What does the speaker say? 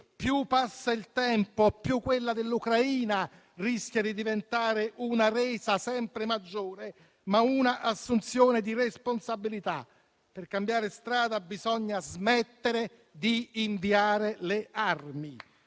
più passa il tempo più quella dell'Ucraina rischia di diventare una resa sempre maggiore. Occorre un'assunzione di responsabilità: per cambiare strada bisogna smettere di inviare le armi.